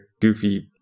goofy